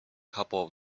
couple